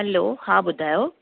हलो हा ॿुधायो